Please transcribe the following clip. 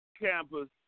campus